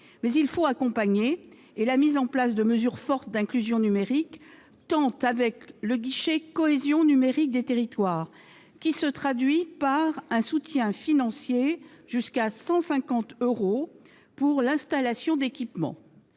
il faut accompagner. À ce titre, la mise en place de mesures fortes d'inclusion numérique, avec le guichet « cohésion numérique des territoires », se traduit par un soutien financier pouvant atteindre 150 euros pour l'installation d'équipements.